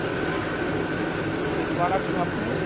ٹھیک ٹھیک ٹھیک ہے سر یہ دکان آپ کی کہاں پہ ہے